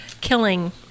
killing